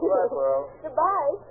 Goodbye